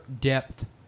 Depth